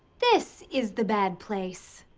this is the bad place.